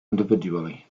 individually